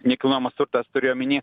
nekilnojamas turtas turiu omeny